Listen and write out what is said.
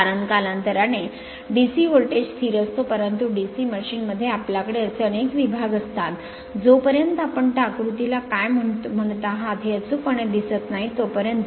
कारण कालांतराने DC voltage स्थिर असतो परंतु DC मशीन मध्ये आपल्याकडे असे अनेक विभाग असतात जोपर्यंत आपण त्या आकृतीला काय म्हणतो आहात हे अचूकपणे दिसत नाही तोपर्यंत